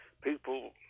People